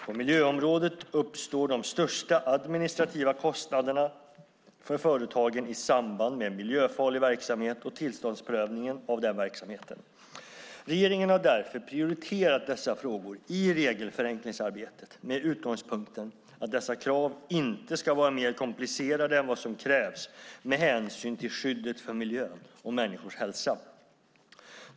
På miljöområdet uppstår de största administrativa kostnaderna för företagen i samband med miljöfarlig verksamhet och tillståndsprövningen av den verksamheten. Regeringen har därför prioriterat dessa frågor i regelförenklingsarbetet med utgångspunkten att dessa krav inte ska vara mer komplicerade än vad som krävs med hänsyn till skyddet för miljön och människors hälsa.